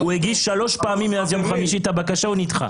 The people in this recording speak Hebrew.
הוא הגיש שלוש פעמים מאז יום חמישי את הבקשה ונדחה.